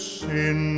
sin